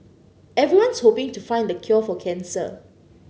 everyone's hoping to find the cure for cancer